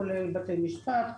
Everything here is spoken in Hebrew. כולל בתי משפט,